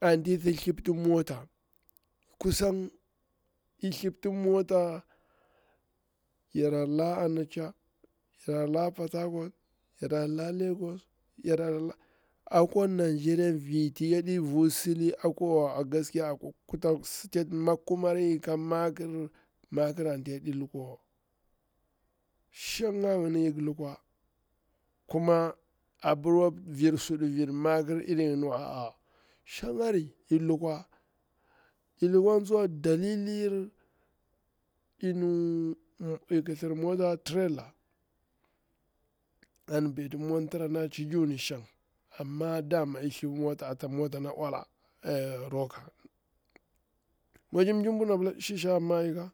Anti i thlipti mota, kusan i thlipti mota, yara la anatcha, yora laa port harcout, ya laa lagos, yara la akwa nigeria viti yaɗi vu siliwa a kwawa a gaskiya akwa state makumari ka maƙir, maƙir anti yeɗi liklwa wa, shangha ngini ik lukwa, kuma apirwa vir suɗu vir makir irin na gini wa, a a, shangari ik lukwa, i lukwanm tsuwa dalilir i kithlir mota trailer, an baditi mwantira na chuchu ni nshang. Amma dama i thliɓi mota a tsi mota na ola roka wacci mjimburu ana pila shishang maika